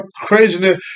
craziness